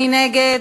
מי נגד?